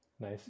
Nice